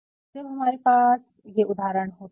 तो जब हमारे पास ये उदाहरण होते है